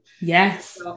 yes